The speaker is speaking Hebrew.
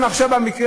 (מחיאות כפיים)